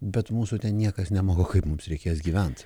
bet mūsų ten niekas nemoko kaip mums reikės gyvent